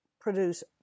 produce